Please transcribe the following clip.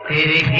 a